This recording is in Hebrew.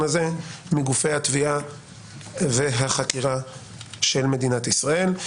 הזה מגופי התביעה והחקירה של מדינת ישראל.